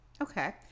Okay